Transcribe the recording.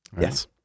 Yes